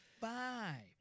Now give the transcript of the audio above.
five